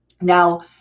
Now